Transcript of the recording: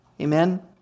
Amen